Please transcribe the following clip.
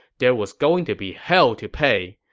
there was going to be hell to pay.